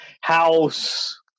house